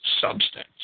substance